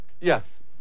Yes